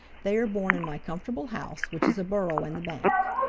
they are born in my comfortable house, which is a burrow in the bank.